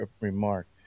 remark